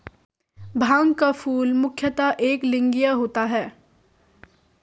भांग का फूल मुख्यतः एकलिंगीय होता है